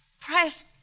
Press